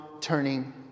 turning